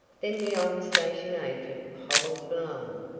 then the old station agent hobbled along,